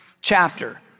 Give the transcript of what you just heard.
chapter